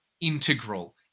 integral